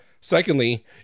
Secondly